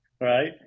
right